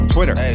Twitter